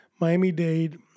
Miami-Dade